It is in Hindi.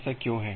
ऐसा क्यों है